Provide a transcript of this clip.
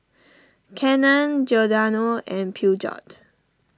Canon Giordano and Peugeot